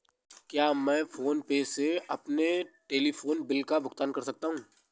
क्या मैं PhonePe से अपने टेलीफोन बिल का भुगतान कर सकता हूँ?